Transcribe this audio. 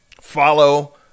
Follow